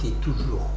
toujours